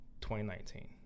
2019